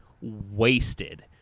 wasted